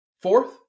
Fourth